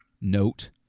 note